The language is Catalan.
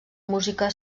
música